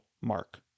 Mark